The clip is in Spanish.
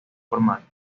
formal